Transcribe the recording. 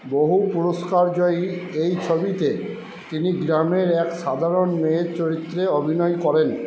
বহু পুরস্কার জয়ী এই ছবিতে তিনি গ্রামের এক সাধারণ মেয়ের চরিত্রে অভিনয় করেন